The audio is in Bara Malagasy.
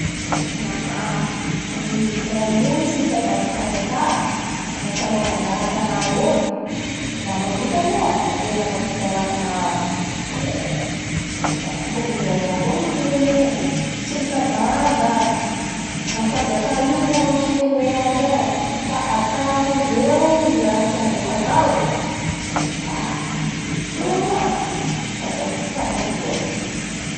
Lafa ny piray mony tsy mitavandra fanjaka gnamin'ny fanaovandraha a tana eo, la mahavita moa da tena mahavita da tena mahavita raha maro da hoakan'izay avao koa ny firene, tsy mitafandra any fanjaka io ny olo amin'ny firene raiky ao, fa artaondreo ny rah tiandreo hatao a soa moa tafaboaky.